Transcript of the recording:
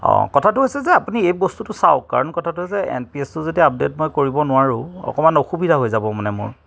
অঁ কথাটো হৈছে যে আপুনি এই বস্তুটো চাওক কাৰণ কথাটো হৈছে এন পি এছ টো যেতিয়া আপডে'ট মই কৰিব নোৱাৰো অকণমান অসুবিধা হৈ যাব মানে মোৰ